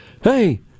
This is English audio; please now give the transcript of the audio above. Hey